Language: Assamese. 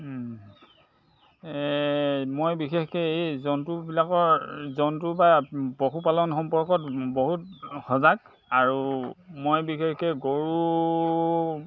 মই বিশেষকৈ এই জন্তুবিলাকৰ জন্তু বা পশুপালন সম্পৰ্কত বহুত সজাগ আৰু মই বিশেষকে গৰু